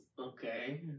Okay